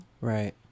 right